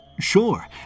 Sure